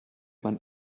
man